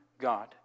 God